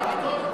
לדיון משפטי,